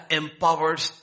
empowers